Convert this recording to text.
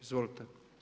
Izvolite.